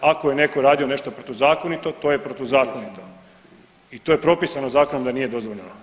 Ako je netko radio nešto protuzakonito to je protuzakonito i to je propisano zakonom da nije dozvoljeno.